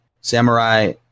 Samurai